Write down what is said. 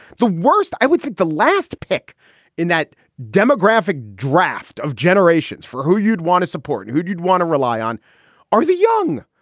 the worst, i would think the last pick in that demographic draft of generations for who you'd want to support who'd you'd want to rely on are the young.